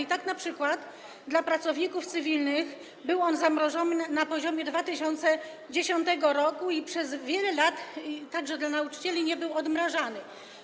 I tak np. dla pracowników cywilnych był on zamrożony na poziomie 2010 r. i przez wiele lat, także dla nauczycieli, nie był odmrażany.